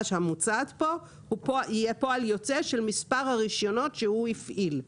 שמוצעת פה יהיה פועל יוצא של מספר הרישיונות שהוא הפעיל.